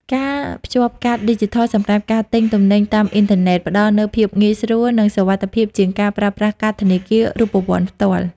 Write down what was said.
ការភ្ជាប់កាតឌីជីថល សម្រាប់ការទិញទំនិញតាមអ៊ីនធឺណិត ផ្ដល់នូវភាពងាយស្រួល និងសុវត្ថិភាពជាងការប្រើប្រាស់កាតធនាគាររូបវន្តផ្ទាល់។